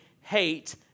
hate